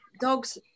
dogs